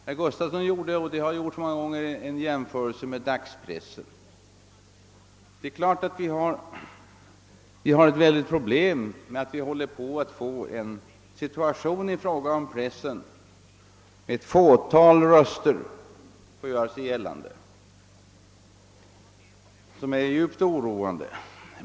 Herr Gustafson gjorde — som många gånger tidigare gjorts — en jämförelse med dagspressen. Vi håller på att få en situation i pressen där ett fåtal röster kan göra sig gällande, vilket är djupt oroande.